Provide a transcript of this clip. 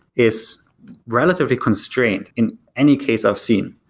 is relatively constrained in any case i've seen.